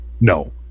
No